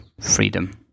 freedom